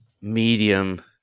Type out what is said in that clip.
medium